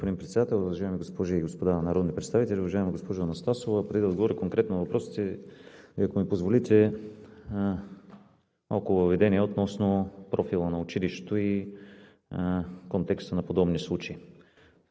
Уважаеми господин Председател, уважаеми госпожи и господа народни представители! Уважаема госпожо Анастасова, преди да отговоря конкретно на въпросите, ако ми позволите, малко въведение относно профила на училището и контекста на подобни случаи.